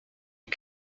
les